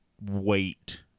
wait